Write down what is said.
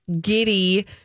giddy